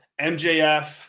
MJF